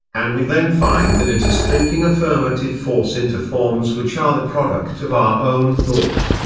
and we then find that it is thinking affirmative force into forms which are the product of our own thought.